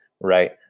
right